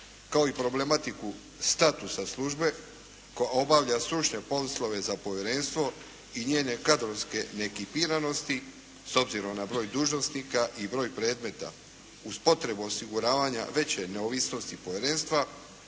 kao i problematiku statusa službe koja obavlja stručne poslove za povjerenstvo i njene kadrovske neekipiranosti s obzirom na broj dužnosnika i broj predmeta, uz potrebu osiguravanja veće neovisnosti povjerenstva